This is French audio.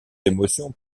émotions